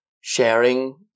sharing